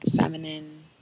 feminine